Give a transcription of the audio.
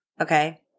okay